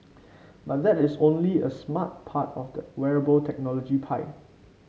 but that is only a smart part of the wearable technology pie